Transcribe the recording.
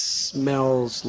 smells